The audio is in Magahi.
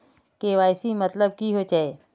के.वाई.सी मतलब की होचए?